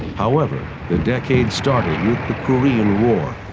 however, the decade started with the korean war.